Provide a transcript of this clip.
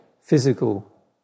physical